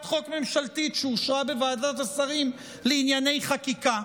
חוק ממשלתית שאושרה בוועדת השרים לענייני חקיקה?